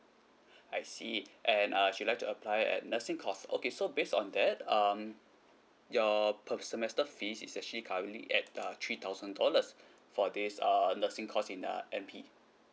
I see and uh she'd like to apply at nursing course okay so based on that um your per semester fees is actually currently at err three thousand dollars for this err nursing course in uh N_P